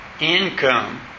Income